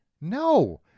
No